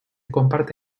comparte